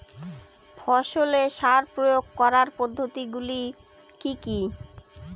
ফসলে সার প্রয়োগ করার পদ্ধতি গুলি কি কী?